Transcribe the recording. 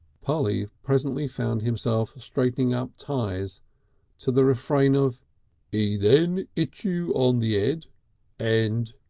polly presently found himself straightening up ties to the refrain of e then it you on the ed and